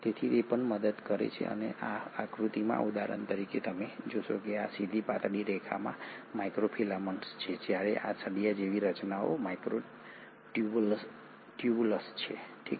તેથી તે પણ મદદ કરે છે તેથી આ આકૃતિમાં ઉદાહરણ તરીકે તમે જોશો કે આ સીધી પાતળી રેખાઓ માઇક્રોફિલામેન્ટ્સ છે જ્યારે આ સળિયા જેવી રચનાઓ માઇક્રોટ્યુબ્યુલ્સ છે